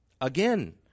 Again